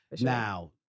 Now